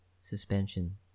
Suspension